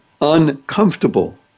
uncomfortable